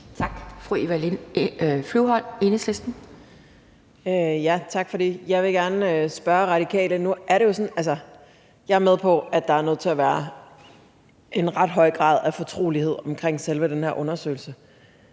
Tak. Fru Eva Flyvholm, Enhedslisten. Kl. 17:28 Eva Flyvholm (EL): Tak for det. Jeg er med på, at der er nødt til at være en ret høj grad af fortrolighed omkring selve den her undersøgelse,